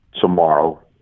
tomorrow